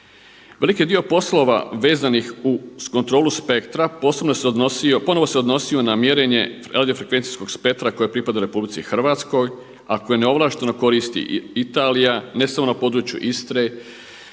Veliki dio poslova vezanih uz kontrolu spektra ponovo se odnosio na mjerenje radio frekvencijskog spektra koje pripada RH, a koje neovlašteno koristi i Italija, ne samo na području Istre,